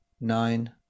nine